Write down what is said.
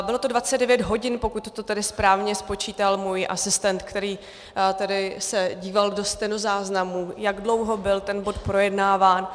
Bylo to 29 hodin, pokud to správně spočítal můj asistent, který se díval do stenozáznamů, jak dlouho byl ten bod projednáván.